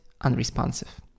unresponsive